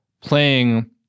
playing